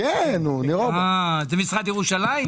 היה היום סיכום ששופרסל כן מביאה את המוצרים